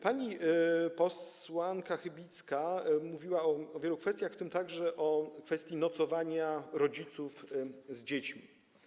Pani posłanka Chybicka mówiła o wielu kwestiach, w tym także o kwestii nocowania rodziców z dziećmi.